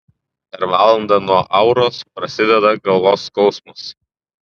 per valandą nuo auros prasideda galvos skausmas